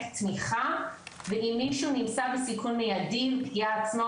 תמיכה ואם מישהו נמצא בסיכון מידי בפגיעה עצמית,